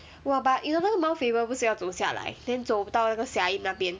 !wah! but eh 那个 mount faber 不是要走下来 then 走到那个下营那边